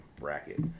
bracket